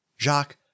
Jacques